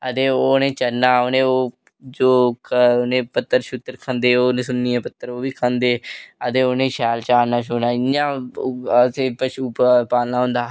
ते ओह् उ'नें चरना ते ओह् जो ओह् खंदे ओह् लसुनिये दे पत्तर बी खंदे ते उ'नेंगी शैल चारना ते इं'या असें पशु पालना होंदा